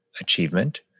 achievement